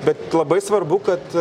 bet labai svarbu kad